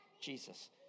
Jesus